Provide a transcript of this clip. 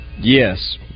Yes